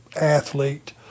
athlete